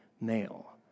male